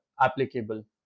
applicable